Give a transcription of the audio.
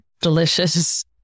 delicious